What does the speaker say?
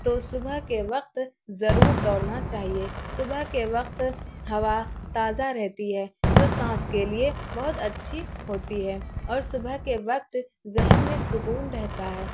تو صبح کے وقت ضرور دوڑنا چاہیے صبح کے وقت ہوا تازہ رہتی ہے جو سانس کے لیے بہت اچھی ہوتی ہے اور صبح کے وقت ذہن میں سکون رہتا ہے